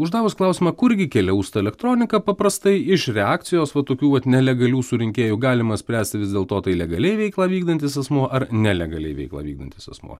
uždavus klausimą kurgi keliaus elektronika paprastai iš reakcijos po tokių vat nelegalių surinkėjų galima spręsti vis dėl to tai legaliai veiklą vykdantis asmuo ar nelegaliai veiklą vykdantis asmuo